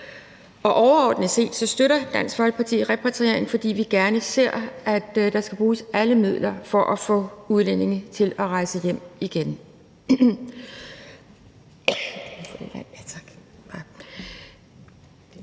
og overordnet set støtter Dansk Folkeparti repatriering, fordi vi gerne ser, at man bruger alle midler på at få udlændinge til at rejse hjem igen.